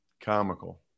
comical